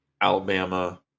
Alabama